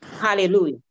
Hallelujah